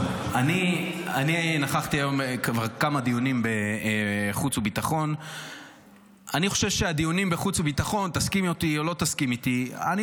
אני שומע אותך בוועדת החוץ והביטחון ולא כועס עליך.